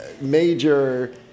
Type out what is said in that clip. major